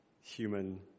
human